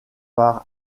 par